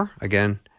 Again